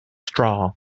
straw